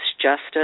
justice